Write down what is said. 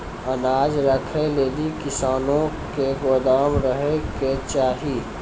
अनाज राखै लेली कैसनौ गोदाम रहै के चाही?